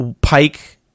pike